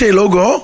logo